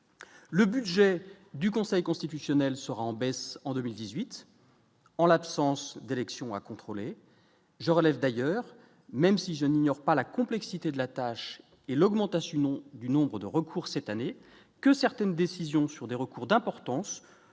le budget du Conseil constitutionnel sera en baisse en 2018, en l'absence d'élections à contrôler, je relève d'ailleurs, même si je n'ignore pas la complexité de la tâche et l'augmentation du nombre de recours cette année que certaines décisions sur des recours d'importance